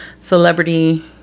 celebrity